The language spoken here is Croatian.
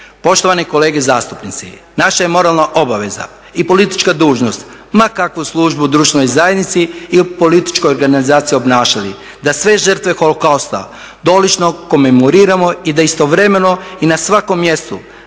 Poštovani kolege zastupnici naša je moralna obaveza i politička dužnost ma kakvu službu u društvenoj zajednici i u političkoj organizaciji obnašali da sve žrtve holokausta dolično komemoriramo i da istovremeno i na svakom mjestu